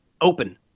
open